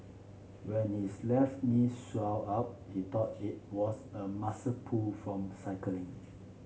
when his left knee swelled up he thought it was a muscle pull from cycling